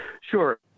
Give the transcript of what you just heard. Sure